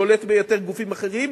שולט ביותר גופים אחרים,